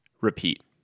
repeat